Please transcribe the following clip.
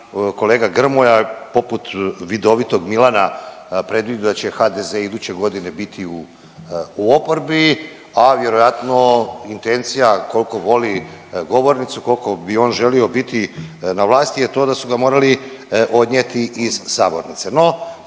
kolega Grmoja je poput vidovitog Milana predvidio da će HDZ iduće godine biti u oporbi, a vjerojatno intencija koliko voli govornicu kolko bi on želio biti na vlasti je to da su ga morali odnijeti iz sabornice.